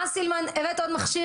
אה, סילמן, הבאת עוד מכשיר.